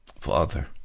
father